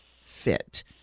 fit